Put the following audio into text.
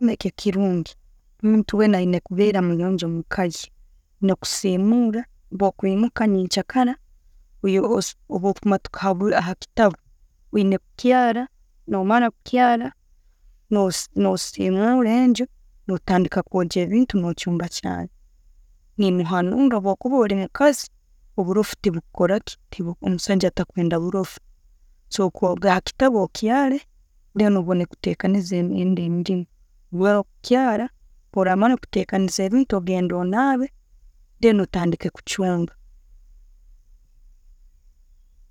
Nekyo kirungi, muntu wena ayina kuba munyonjo mweka ye. Oyina kusimura bwo kwimuka nyenkyakara, obwokumatuka hakitabu, oyina kyara, no mara kyara, no simura enju, notandika kwogya ebintu, no chumba chai. Ne muhanura bwokuba olimukazi, oburofu tebukukoraki, omusaijjs takwenda burofu. Sooka oruge hakitabu okyare then obone kutekaniza endi emirimu. Mara kukyala, bworamara kutekaniza ebintu ogenda onabe, then otandike kuchumba.